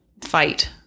fight